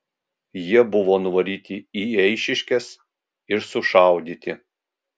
jie buvo nuvaryti į eišiškes ir sušaudyti